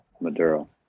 Maduro